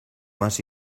más